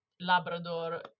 labrador